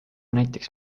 näiteks